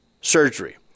surgery